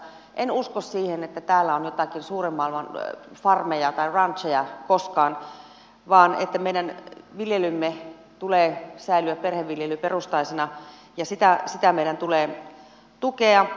en usko siihen että täällä on jotakin suuren maailman farmeja tai rancheja koskaan vaan meidän viljelymme tulee säilyä perheviljelyperustaisena ja sitä meidän tulee tukea